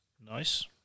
Nice